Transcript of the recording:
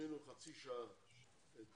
שתזמינו לחצי שעה את